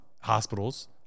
hospitals